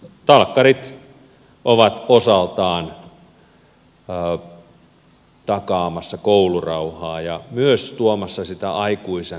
talkkarit ovat osaltaan takaamassa koulurauhaa ja myös tuomassa sitä aikuisen mallia lapsille ja nuorille